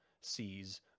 sees